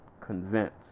convinced